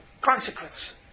consequence